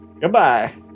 Goodbye